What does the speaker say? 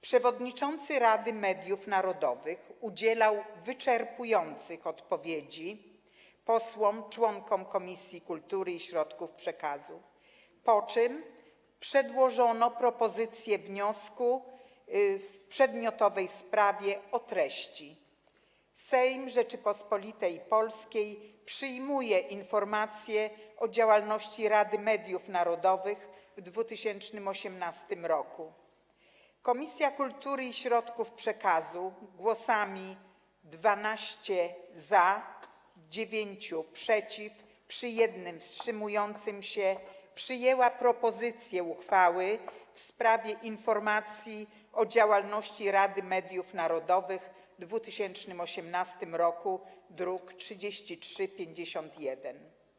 Przewodniczący Rady Mediów Narodowych udzielał wyczerpujących odpowiedzi posłom członkom Komisji Kultury i Środków Przekazu, po czym przedłożono propozycję wniosku w przedmiotowej sprawie o treści: Sejm Rzeczypospolitej Polskiej przyjmuje informację o działalności Rady Mediów Narodowych w 2018 r. Komisja Kultury i Środków Przekazu po głosowaniu: 12 głosów za, 9 - przeciw, przy 1 wstrzymującym się przyjęła propozycję uchwały w sprawie informacji o działalności Rady Mediów Narodowych w 2018 r., druk nr 3351.